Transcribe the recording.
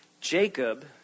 Jacob